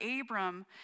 Abram